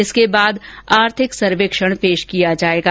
इसके बाद आर्थिक सर्वेक्षण पेश किया जाएगा